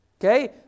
Okay